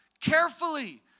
carefully